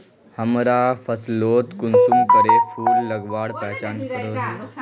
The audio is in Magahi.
हमरा फसलोत कुंसम करे फूल लगवार पहचान करो ही?